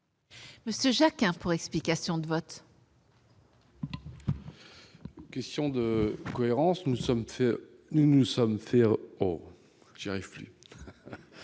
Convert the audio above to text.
Olivier Jacquin, pour explication de vote.